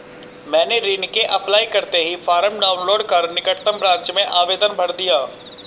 मैंने ऋण के अप्लाई करते ही फार्म डाऊनलोड कर निकटम ब्रांच में आवेदन भर दिया